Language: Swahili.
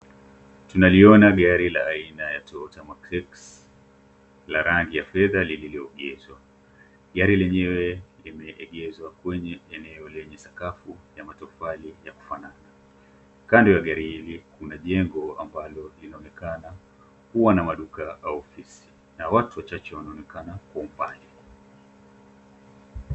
Tunaliona gari aina ya Toyota mark x , la rangi ya fedha lililoegeshwa. Gari lenyewe limeegeshwa kwenye eneo lenye sakafu ya matofali ya kufanana. Kando ya gari hili, kuna jengo ambalo linaonekana kuwa maduka au ofisi na watu wachache wanaonekana kwa umbali.